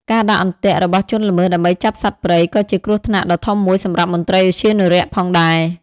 ការដាក់ អន្ទាក់ របស់ជនល្មើសដើម្បីចាប់សត្វព្រៃ ក៏ជាគ្រោះថ្នាក់ដ៏ធំមួយសម្រាប់មន្ត្រីឧទ្យានុរក្សផងដែរ។